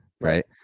right